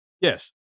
Yes